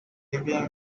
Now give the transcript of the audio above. living